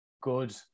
Good